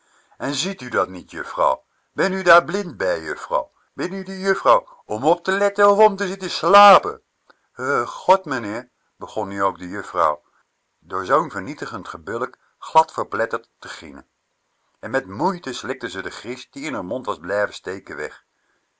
en ziet u dat niet juffrau ben u daar blind bij juffrau ben u de juffrau de juffrau om op te letten of om te zitten slapen god meneer begon nu ook de juffrouw door zoo'n vernietigend gebulk glad verpletterd te grienen en met moeite slikte ze de gries die in r mond was blijven steken weg